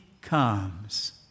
comes